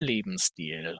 lebensstil